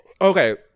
Okay